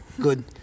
good